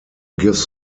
gives